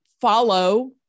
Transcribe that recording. follow